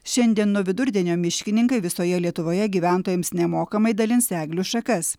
šiandien nuo vidurdienio miškininkai visoje lietuvoje gyventojams nemokamai dalins eglių šakas